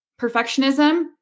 Perfectionism